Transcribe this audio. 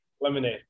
lemonade